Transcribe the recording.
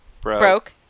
Broke